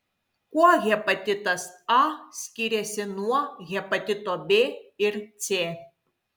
kuo hepatitas a skiriasi nuo hepatito b ir c